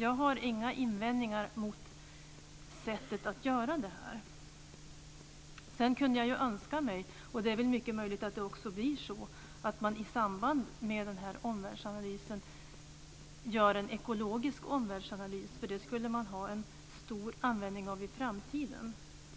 Jag har alltså inga invändningar mot sättet att göra det här. Men sedan kunde jag väl önska mig, och det är mycket möjligt att det blir så, att man i samband med omvärldsanalysen gör en ekologisk omvärldsanalys. En sådan skulle man ha stor användning av i framtiden.